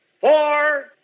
Four